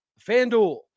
FanDuel